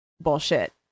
bullshit